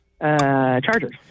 Chargers